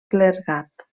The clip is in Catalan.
clergat